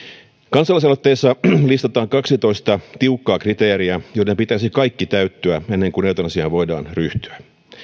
kansalaisaloitteessa listataan kaksitoista tiukkaa kriteeriä joiden pitäisi kaikkien täyttyä ennen kuin eutanasiaan voidaan ryhtyä